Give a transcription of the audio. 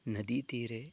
नदीतीरे